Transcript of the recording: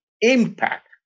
impact